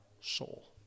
soul